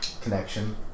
connection